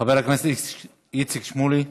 חבר הכנסת איציק שמולי,